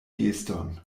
geston